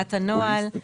קביעת הנוהל.